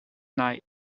night